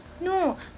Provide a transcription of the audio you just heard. No